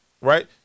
right